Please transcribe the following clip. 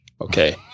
okay